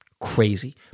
Crazy